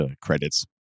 credits